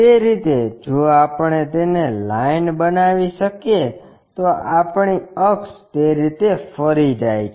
તે રીતે જો આપણે તેને લાઈન બનાવી શકીએ તો આપણી અક્ષ તે રીતે ફરી જાય છે